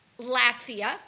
Latvia